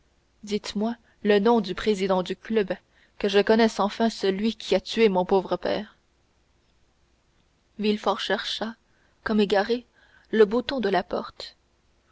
dites-moi le nom du président du club que je connaisse enfin celui qui a tué mon pauvre père villefort chercha comme égaré le bouton de la porte